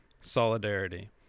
Solidarity